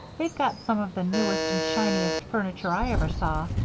they've got some of the newest and shiningest furniture i ever saw,